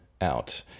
out